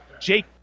Jake